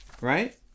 right